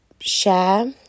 share